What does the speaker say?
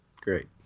Great